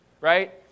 Right